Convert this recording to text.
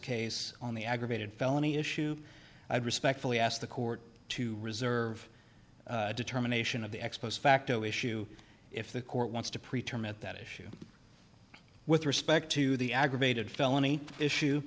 case on the aggravated felony issue i respectfully ask the court to reserve determination of the ex post facto issue if the court wants to pre term it that issue with respect to the aggravated felony issue